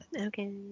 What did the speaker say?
Okay